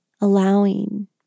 allowing